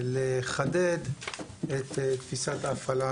לחדד את תפיסת ההפעלה